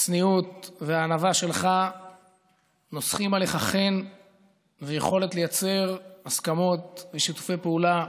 הצניעות והענווה שלך נוסכים עליך חן ויכולת לייצר הסכמות ושיתופי פעולה,